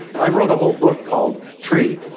i wrote a whole book called tree,